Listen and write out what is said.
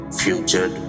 future